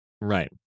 Right